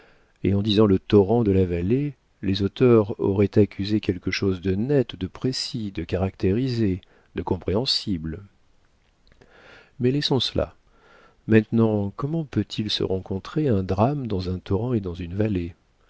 et en disant le torrent de la vallée les auteurs auraient accusé quelque chose de net de précis de caractérisé de compréhensible mais laissons cela maintenant comment peut-il se rencontrer un drame dans un torrent et dans une vallée